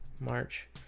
March